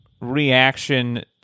reaction